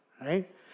right